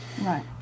Right